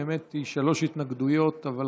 האמת, שלוש התנגדויות, אבל